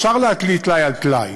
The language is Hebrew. אפשר להטליא טלאי על טלאי,